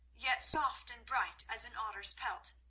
yet soft and bright as an otter's pelt.